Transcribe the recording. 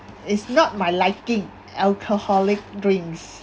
it's not my liking alcoholic drinks